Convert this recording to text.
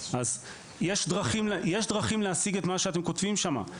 יש דרכים להשיג את מה שאתם כותבים שם.